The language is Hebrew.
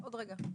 עוד רגע.